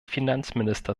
finanzminister